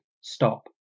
stop